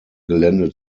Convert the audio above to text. gelände